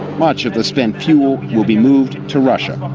much of the spent fuel will be moved to russia.